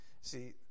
See